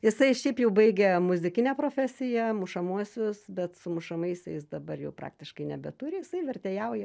jisai šiaip jau baigia muzikinę profesiją mušamuosius bet su mušamaisiais dabar jau praktiškai nebeturi jisai vertėjauja